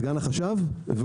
סגן החשב.